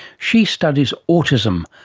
she studies autism,